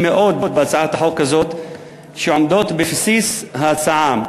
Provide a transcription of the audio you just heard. מאוד בהצעת החוק הזאת שעומדים בבסיס ההצעה.